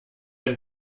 ein